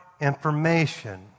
information